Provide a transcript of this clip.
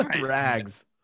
Rags